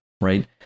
right